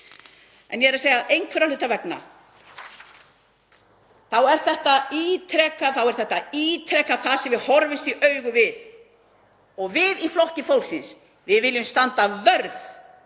En ég er að segja að einhverra hluta vegna er þetta ítrekað það sem við horfumst í augu við. Við í Flokki fólksins viljum standa vörð